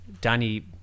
Danny